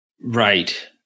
Right